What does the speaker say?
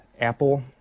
Apple